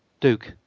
Duke